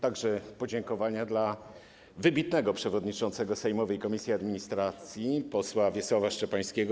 Także podziękowania dla wybitnego przewodniczącego sejmowej komisji administracji posła Wiesława Szczepańskiego.